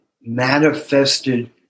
manifested